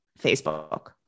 Facebook